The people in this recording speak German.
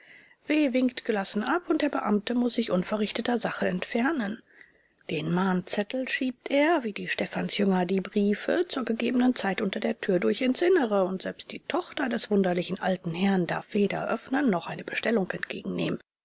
w winkt gelassen ab und der beamte muß sich unverrichtetersache entfernen den mahnzettel schiebt er wie die stephansjünger die briefe zur gegebenen zeit unter der tür durch ins innere und selbst die tochter des wunderlichen alten herrn darf weder öffnen noch eine bestellung entgegennehmen